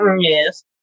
Yes